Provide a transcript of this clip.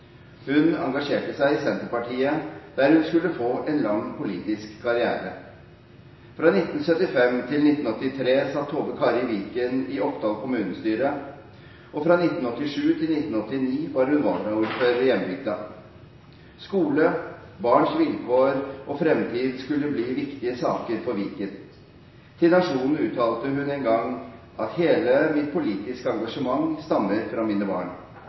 Hun engasjerte seg i Senterpartiet, der hun skulle få en lang politisk karriere. Fra 1975 til 1983 satt Tove Kari Viken i Oppdal kommunestyre, og fra 1987 til 1989 var hun varaordfører i hjembygda. Skole, barns vilkår og fremtid skulle bli viktige saker for Viken. Til Nationen uttalte hun en gang: Hele mitt politiske engasjement stammer fra mine barn.